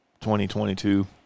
2022